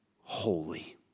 holy